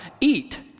eat